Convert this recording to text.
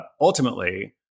ultimately